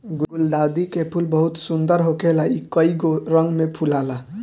गुलदाउदी के फूल बहुत सुंदर होखेला इ कइगो रंग में फुलाला